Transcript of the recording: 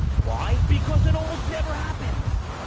why? because it almost never happens.